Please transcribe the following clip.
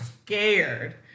scared